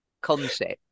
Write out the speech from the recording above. concept